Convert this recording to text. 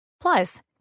Plus